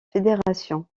fédération